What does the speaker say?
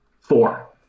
Four